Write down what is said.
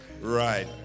Right